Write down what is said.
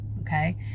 okay